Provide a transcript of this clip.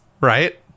right